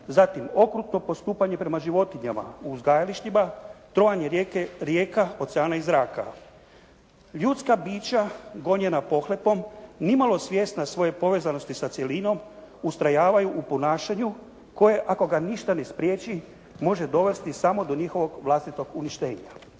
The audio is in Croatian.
zatim okrutno postupanje prema životinjama u uzgajalištima, trovanje rijeka, oceana i zraka. Ljudska bića gonjena pohlepom nimalo svjesna svoje povezanosti sa cjelinom ustrajavaju u ponašanju koje ako ga ništa ne spriječi može dovesti samo do njihovog vlastitog uništenja.“